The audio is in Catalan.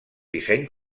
disseny